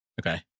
Okay